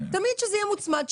תמיד שזה יהיה מוצמד,